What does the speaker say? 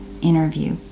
interview